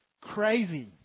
crazy